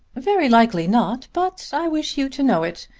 very likely not, but i wish you to know it.